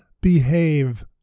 behave